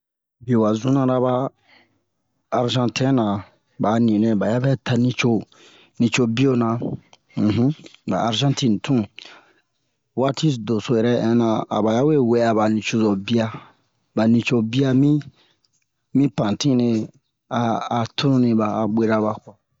Biye wa juna na ba arzantɛn na ba a ni nɛ ba ya bɛ ta nico nicobiyo na ba arzantin zun waati doso yɛrɛ inna aba yawe wɛ'a ba nicozo biya ba nicobia mi mi pantine a a tununi ba a bwera ba kwa